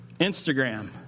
Instagram